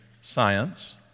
science